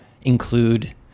include